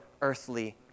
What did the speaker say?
earthly